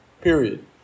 period